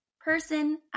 person